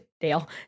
dale